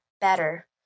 better